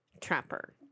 Trapper